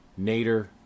Nader